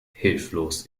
hilflos